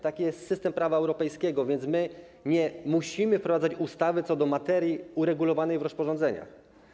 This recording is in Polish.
Taki jest system prawa europejskiego, więc nie musimy wprowadzać ustawy co do materii uregulowanej w rozporządzeniach.